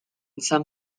some